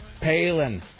Palin